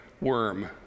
worm